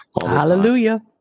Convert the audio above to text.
hallelujah